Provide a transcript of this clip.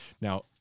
Now